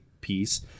piece